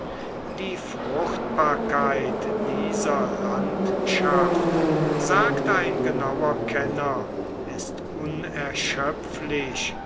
die fruchtbarkeit dieser landschaft sagt ein genauer kenner ist